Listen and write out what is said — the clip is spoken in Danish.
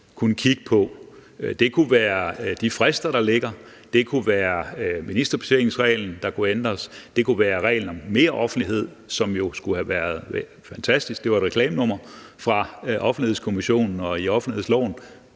kunne kigge på. Det kunne være de frister, der ligger. Det kunne være ministerbetjeningsreglen, der kunne ændres. Det kunne være reglen om meroffentlighed, som jo skulle have været fantastisk; det var et reklamenummer fra Offentlighedskommissionen og i offentlighedsloven,